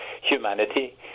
humanity